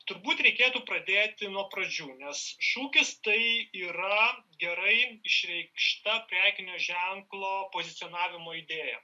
turbūt reikėtų pradėti nuo pradžių nes šūkis tai yra gerai išreikšta prekinio ženklo pozicionavimo idėja